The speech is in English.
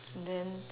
then